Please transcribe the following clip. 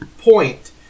point